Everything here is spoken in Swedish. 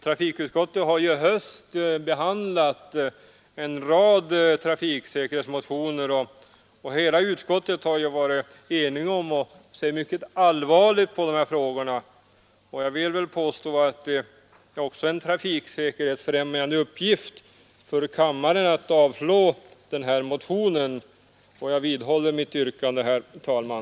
Trafikutskottet har ju i höst behandlat en rad trafiksäkerhetsmotioner, och hela utskottet har varit enigt om att se mycket allvarligt på dessa frågor. Jag vill påstå att det är en trafiksäkerhetsfrämjande angelägenhet att kammaren avslår motionen. Jag vidhåller mitt yrkande, herr talman!